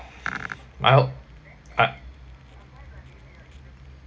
I'll I